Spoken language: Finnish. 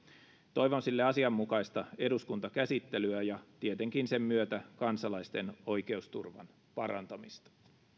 toivon sille asianmukaista eduskuntakäsittelyä ja tietenkin sen myötä kansalaisten oikeusturvan parantamista